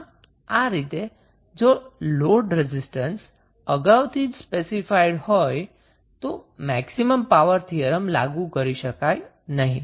આમ આ રીતે જો લોડ રેઝિસ્ટન્સ અગાઉથી જ સ્પેસીફાઈડ હોય તો મેક્સિમમ પાવર થીયરમ લાગુ કરી શકાય નહી